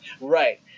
Right